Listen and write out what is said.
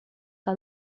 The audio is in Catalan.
que